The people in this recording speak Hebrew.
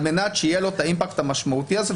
על מנת שיהיה לו את האימפקט המשמעותי הזה,